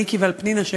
על איקי ועל פנינה,